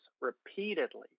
repeatedly